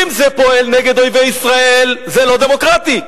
אם זה פועל נגד אויבי ישראל זה לא דמוקרטי.